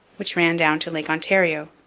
which ran down to lake ontario.